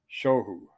Shohu